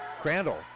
crandall